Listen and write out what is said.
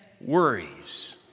worries